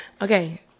Okay